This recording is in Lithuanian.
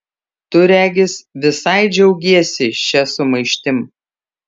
tu regis visai džiaugiesi šia sumaištim